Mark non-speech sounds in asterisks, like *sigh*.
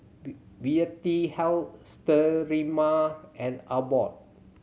*unintelligible* Vitahealth Sterimar and Abbott